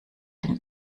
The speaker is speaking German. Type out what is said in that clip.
den